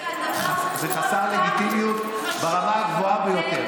זה חסר לגיטימיות ברמה הגבוהה ביותר.